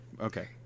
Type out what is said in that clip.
Okay